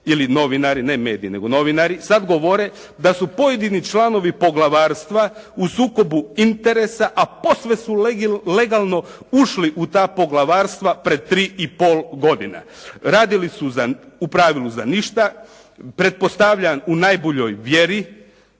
ili novinari ne mediji nego novinari sad govore da su pojedini članovi poglavarstva u sukobu interesa, a posve su legalno ušli u ta poglavarstva pred tri i pol godine. Radili su u pravilu za ništa. Pretpostavljam u najboljoj mjeri.